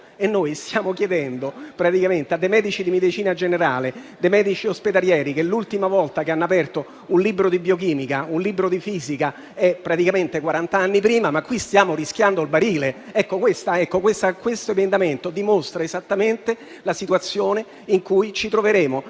e noi lo stiamo chiedendo a dei medici di medicina generale, a dei medici ospedalieri che l'ultima volta che hanno aperto un libro di biochimica o di fisica risale praticamente a quarant'anni fa: qui stiamo raschiando il fondo del barile. Questo emendamento dimostra esattamente la situazione in cui ci troveremo.